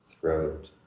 throat